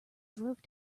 drove